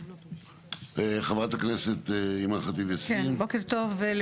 חברת הכנסת אימאן ח'טיב יאסין.